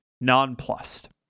nonplussed